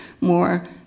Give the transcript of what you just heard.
more